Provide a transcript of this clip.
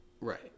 Right